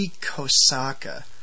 Kosaka